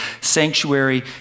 sanctuary